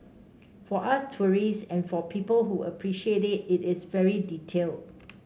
for us tourists and for people who appreciate it it is very detailed